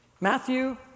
Matthew